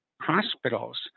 hospitals